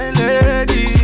lady